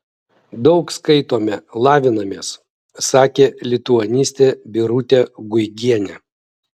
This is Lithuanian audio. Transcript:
daug skaitome lavinamės sakė lituanistė birutė guigienė